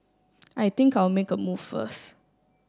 I think I'll make a move first